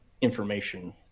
information